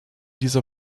dieser